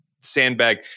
sandbag